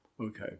Okay